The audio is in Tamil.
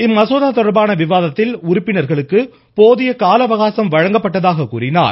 இம்மசோதா தொடர்பான விவாதத்தில் உறுப்பினர்களுக்கு போதிய கால அவகாசம் வழங்கப்பட்டதாகவும் எடுத்துரைத்தார்